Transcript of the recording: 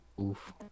Oof